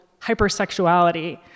hypersexuality